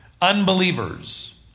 Unbelievers